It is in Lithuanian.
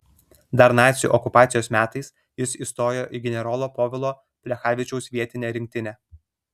dar nacių okupacijos metais jis įstojo į generolo povilo plechavičiaus vietinę rinktinę